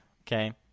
Okay